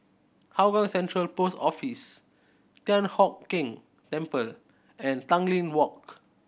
Hougang Central Post Office Thian Hock Keng Temple and Tanglin Walk